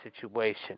situation